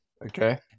Okay